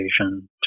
education